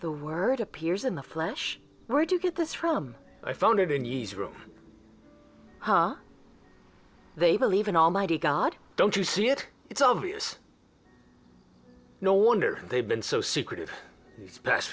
the word appears in the flesh where do you get this from i found it a nice room ha they believe in almighty god don't you see it it's obvious no wonder they've been so secretive he's past